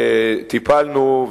וטיפלנו,